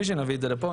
נביא את זה לפה,